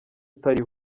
utari